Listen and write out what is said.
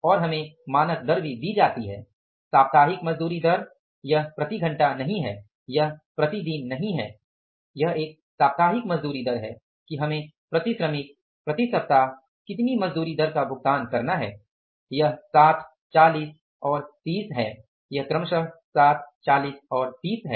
और हमें मानक दर भी दी जाती है साप्ताहिक मजदूरी दर यह प्रति घंटा नहीं है यह प्रति दिन नहीं है यह एक साप्ताहिक मजदूरी दर है कि हमें प्रति श्रमिक प्रति सप्ताह कितनी मजदूरी दर का भुगतान करना है यह 60 40 और 30 है